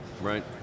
Right